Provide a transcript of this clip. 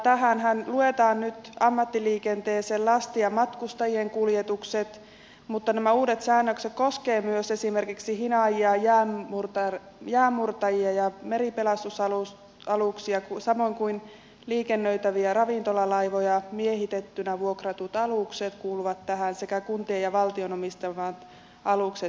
tähän ammattiliikenteeseenhän luetaan nyt lastin ja matkustajien kuljetukset mutta nämä uudet säännökset koskevat myös esimerkiksi hinaajia jäänmurtajia ja meripelastusaluksia samoin kuin liikennöitäviä ravintolalaivoja miehitettynä vuokratut alukset kuuluvat tähän sekä kuntien ja valtion omistamat alukset ja ammattiveneet